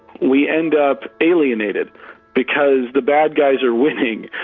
we end up alienated because the bad guys are winning.